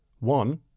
One